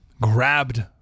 grabbed